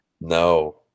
No